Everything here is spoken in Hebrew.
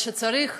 אבל כשצריך